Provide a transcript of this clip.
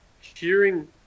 Hearing